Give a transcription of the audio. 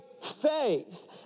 faith